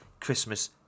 Christmas